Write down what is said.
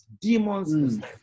Demons